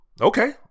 okay